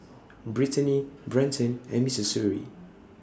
Britany Brenton and Missouri